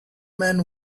man